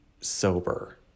sober